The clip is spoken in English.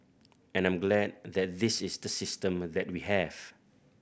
and I'm glad that this is the system that we have